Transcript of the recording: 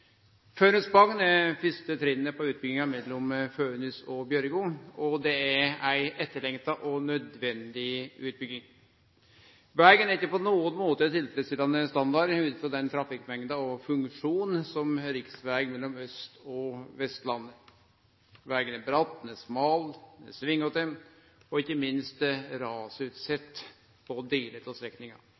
Fønhus–Bagn er første trinnet på utbygginga mellom Fønhus og Bjørgo, og det er ei etterlengta og nødvendig utbygging. Vegen har ikkje på nokon måte tilfredsstillande standard ut frå trafikkmengd og funksjon som riksveg mellom Austlandet og Vestlandet. Vegen er bratt, smal, svingete og ikkje minst rasutsett på